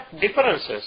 differences